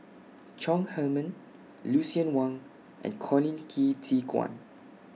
Chong Heman Lucien Wang and Colin Qi Zhe Quan